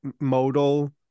modal